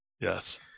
Yes